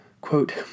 Quote